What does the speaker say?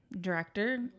director